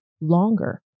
longer